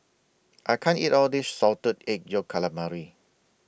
I can't eat All of This Salted Egg Yolk Calamari